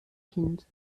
kind